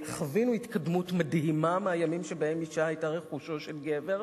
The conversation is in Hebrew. חווינו התקדמות מדהימה מהימים שבהם אשה היתה רכושו של גבר,